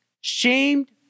shamed